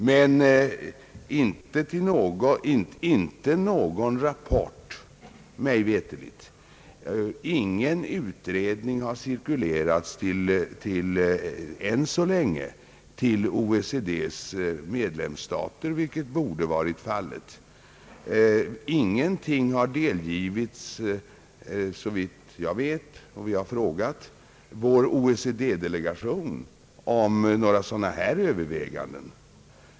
Men mig veterligt har inte än så länge någon rapport eller utredning i den fråga hr Björk ställt cirkulerats till OECD:s medlemsstater, vilket väl tyder på att ingen sådan utredning gjorts. Ingenting har delgivits, såvitt jag vet, och vi har frågat vår OECD-delegation om det förekommit några sådana här överväganden.